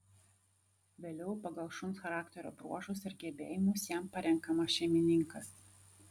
vėliau pagal šuns charakterio bruožus ir gebėjimus jam parenkamas šeimininkas